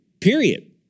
period